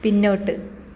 പിന്നോട്ട്